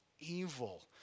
Evil